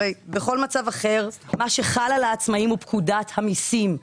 הרי בכל מצב אחר מה שחל על העצמאים הוא פקודת המיסים.